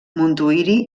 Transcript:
montuïri